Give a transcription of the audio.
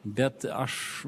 bet aš